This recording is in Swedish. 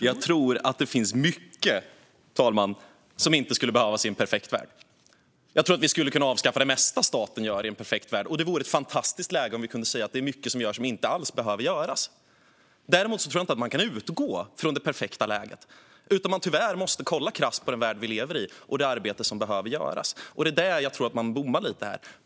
Fru talman! Det finns mycket som inte skulle behövas i en perfekt värld. I en sådan värld skulle vi kunna avskaffa det mesta staten gör. Det vore ett fantastiskt läge om vi kunde säga att mycket som görs inte alls behöver göras. Man kan dock inte utgå från det perfekta läget, utan tyvärr måste vi se krasst på den värld vi lever i och det arbete som behöver göras. Och här bommar Moderaterna lite.